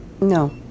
No